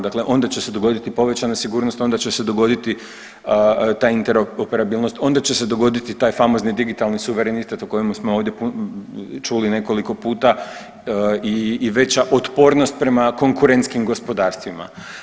Dakle, onda će se dogoditi povećana sigurnost, onda će se dogoditi ta interoperabilnost, onda će se dogoditi taj famozni digitalni suverenitet o kojemu smo ovdje čuli nekoliko puta i veća otpornost prema konkurentskim gospodarstvima.